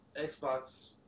Xbox